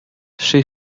she